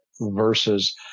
versus